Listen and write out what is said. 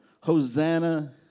Hosanna